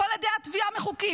אבל כל עדי התביעה מחוקים,